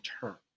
term